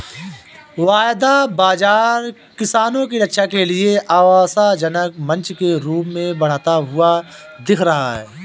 वायदा बाजार किसानों की रक्षा के लिए आशाजनक मंच के रूप में बढ़ता हुआ दिख रहा है